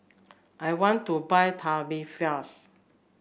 I want to buy Tubifast